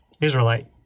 Israelite